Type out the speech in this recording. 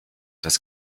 das